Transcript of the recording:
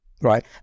right